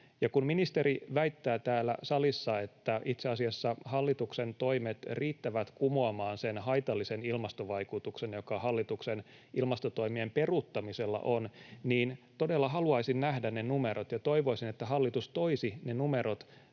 kun ministeri väittää täällä salissa, että itse asiassa hallituksen toimet riittävät kumoamaan sen haitallisen ilmastovaikutuksen, joka hallituksen ilmastotoimien peruuttamisella on, niin todella haluaisin nähdä ne numerot ja toivoisin, että hallitus toisi ne numerot